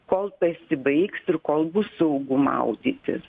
kol pasibaigs ir kol bus saugu maudytis